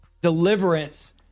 Deliverance